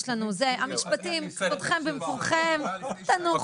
המשפטים, כבודכם במקומכם, תנוחו.